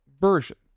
version